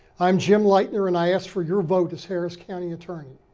i'm jim leitner and a ask for your vote as harris county attorney.